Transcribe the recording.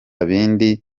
bindi